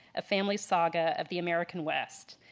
a family saga of the american west.